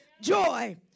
joy